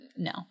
No